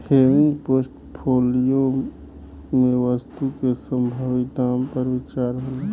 हेविंग portfolio में वस्तु के संभावित दाम पर विचार होला